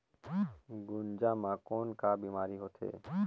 गुनजा मा कौन का बीमारी होथे?